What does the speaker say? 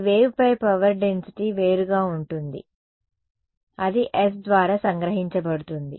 ఈ వేవ్పై power density వేరుగా ఉంటుంది అది S ద్వారా సంగ్రహించబడుతుంది